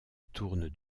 tourne